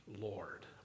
Lord